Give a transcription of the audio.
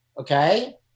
okay